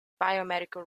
biomedical